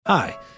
Hi